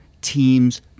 teams